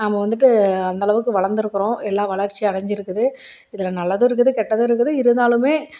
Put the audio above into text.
நாம வந்துவிட்டு அந்த அளவுக்கு வளர்ந்துருக்குறோம் எல்லா வளர்ச்சி அடைஞ்சிருக்குது இதில் நல்லதும் இருக்குது கெட்டதும் இருக்குது இருந்தாலுமே